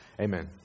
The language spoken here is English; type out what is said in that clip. Amen